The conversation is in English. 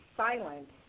silent